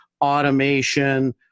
automation